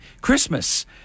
Christmas